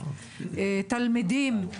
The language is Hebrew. תלמידים,